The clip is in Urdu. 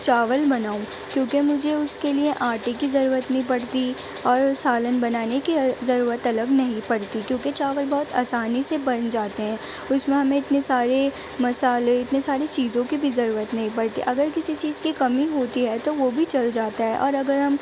چاول بناؤں کیونکہ مجھے اس کے لیے آٹے کی ضرورت نہیں پڑتی اور سالن بنانے کی ضرورت الگ نہیں پڑتی کیونکہ چاول بہت آسانی سے بن جاتے ہیں اس میں ہمیں اتنی سارے مسالے اتنی ساری چیزوں کی بھی ضرورت نہیں پڑتی اگر کسی چیز کی کمی ہوتی ہے تو وہ بھی چل جاتا ہے اور اگر ہم